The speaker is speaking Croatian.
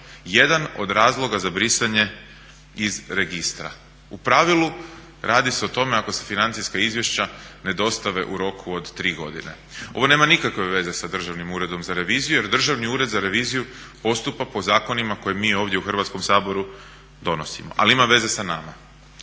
jedan od razloga za brisanje iz registra. U pravilu radi se o tome ako se financijska izvješća ne dostave u roku od 3 godine. Ovo nema nikakve veze sa Državnim uredom za reviziju jer Državni ured za reviziju postupa po zakonima koje mi ovdje u Hrvatskom saboru donosimo ali ima veze sa nama.